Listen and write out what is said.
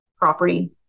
property